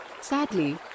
Sadly